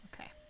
okay